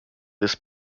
this